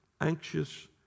anxious